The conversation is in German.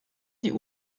die